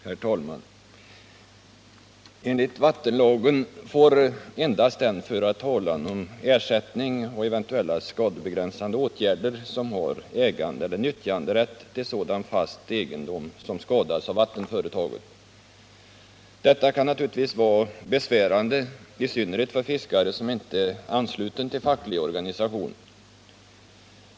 Herr talman! Enligt vattenlagen får endast den föra talan om ersättning och eventuella skadebegränsande åtgärder som har ägandeeller nyttjanderätt till sådan fast egendom som skadas av vattenföretaget. Detta kan naturligtvis vara besvärande, i synnerhet för fiskare som inte är anslutna till facklig organisation.